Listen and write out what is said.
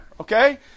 Okay